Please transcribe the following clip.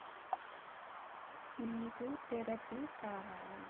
నీకు థెరపీ కావాలా